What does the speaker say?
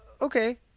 okay